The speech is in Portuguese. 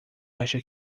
acha